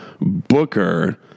Booker